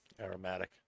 aromatic